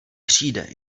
přijde